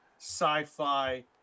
sci-fi